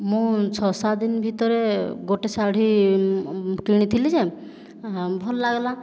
ମୁଁ ଛଅ ସାତ ଦିନ ଭିତରେ ଗୋଟିଏ ଶାଢ଼ୀ କିଣିଥିଲି ଯେ ଭଲ ଲାଗ୍ଲା